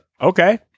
Okay